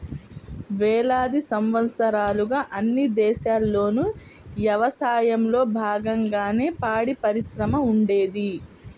వేలాది సంవత్సరాలుగా అన్ని దేశాల్లోనూ యవసాయంలో బాగంగానే పాడిపరిశ్రమ ఉండేది